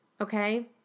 okay